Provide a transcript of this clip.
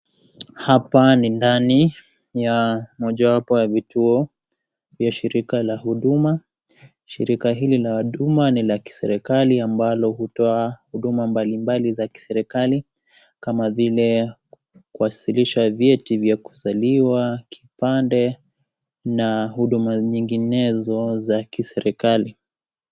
Hapa ni ndani ya mojawapo ya vituo ya shirika la huduma. Shirika hili la huduma ni la kiserekali ambalo hutoa huduma mbalimbali za kiserekali kama zile kuwasilisha vyeti vya kuzaliwa, kipande, na huduma nyinginezo za kiserekali.